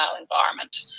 environment